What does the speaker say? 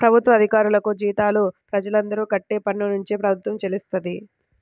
ప్రభుత్వ అధికారులకు జీతాలు ప్రజలందరూ కట్టే పన్నునుంచే ప్రభుత్వం చెల్లిస్తది